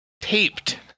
taped